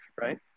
Right